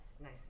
nice